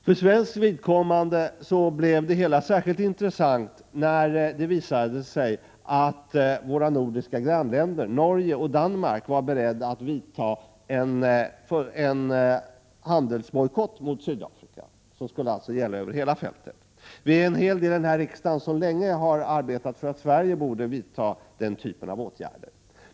För svenskt vidkommande blev det hela särskilt intressant, när det visade sig att våra nordiska grannländer Norge och Danmark var beredda att vidta en handelsbojkott mot Sydafrika, som skulle gälla över hela fältet. En hel del av oss här i riksdagen har länge arbetat för att Sverige borde vidta den typen av åtgärder.